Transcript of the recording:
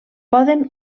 poden